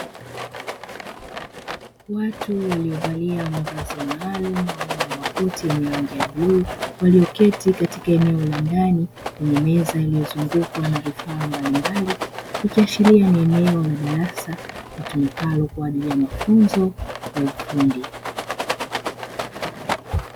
Watu waliovaliaa mavazi maalumu aina ya makoti yenye rangi ya bluu walioketi katika eneo la ndani lenye meza iliyozungukwa na vifaa mbalimbali, ikiashiria ni eneo la darasa litumikalo kwa ajili ya mafunzo na ufundi.